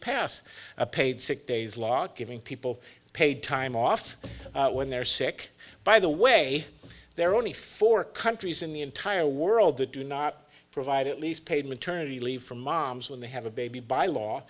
pass a paid sick days law giving people paid time off when they're sick by the way there are only four countries in the entire world that do not provide at least paid maternity leave for moms when they have a baby by law